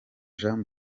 jean